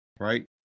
right